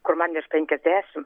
kur man virš penkiasdešim